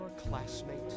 Classmate